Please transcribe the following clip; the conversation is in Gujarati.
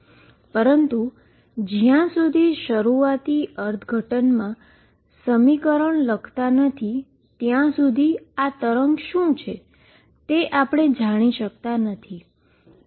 પરંતુ જ્યાં સુધી શરૂઆતી અર્થઘટનમાં સમીકરણ લખતા નથી ત્યાં સુધી આ વેવ શું છે તે આપણે જાણી શકતા નથી